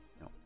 No